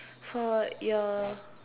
for your